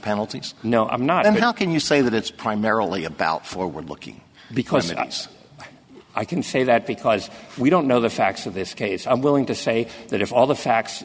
penalties no i'm not i mean how can you say that it's primarily about forward looking because i can say that because we don't know the facts of this case i'm willing to say that if all the facts